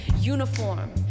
uniform